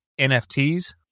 NFTs